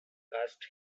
asked